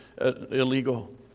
illegal